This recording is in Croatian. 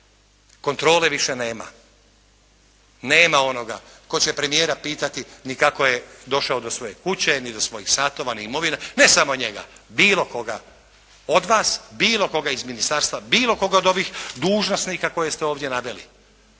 Kontrole više nema. Nema onoga tko će premijera pitati ni kako je došao do svoje kuće, ni do svojih satova, ni imovina. Ne samo njega, bilo koga od vas, bilo koga iz ministarstva, bilo koga od ovih dužnosnika koje ste ovdje naveli.